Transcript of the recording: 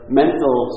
mental